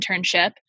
internship